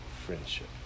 Friendship